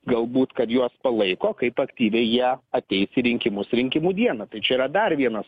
galbūt kad juos palaiko kaip aktyviai jie ateis į rinkimus rinkimų dieną tai čia yra dar vienas